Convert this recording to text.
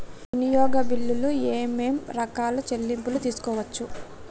వినియోగ బిల్లులు ఏమేం రకాల చెల్లింపులు తీసుకోవచ్చు?